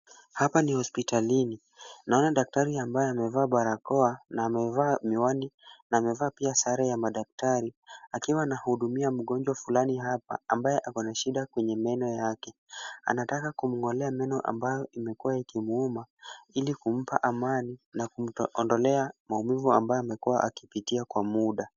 Hapa ni hospitalini. Naona daktari ambaye amevaa barakoa na amevaa miwani na amevaa pia sare ya daktari, akiwa anahudumia mgonjwa fulani hapa, ambaye ako na shida kwenye meno yake. Anataka kumng'olea meno ambayo imekuwa ikimuuma ili kumpa amani na kumwondolea maumivu ambayo amekuwa akipitia kwa muda.